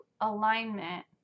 alignment